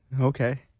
Okay